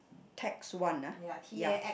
tax one ah ya